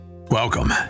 Welcome